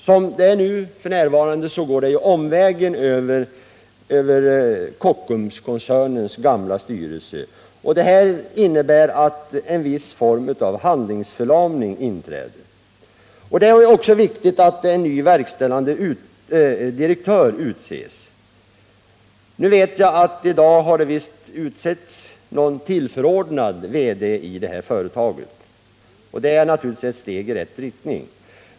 Som det är nu går det omvägen över Kockumskoncernens gamla styrelse, och det innebär att en viss form av handlingsförlamning inträder. Det är också viktigt att en ny VD utses. Jag vet att det i dag har utsetts en tillförordnad VD i företaget, och det är naturligtvis ett steg i rätt riktning.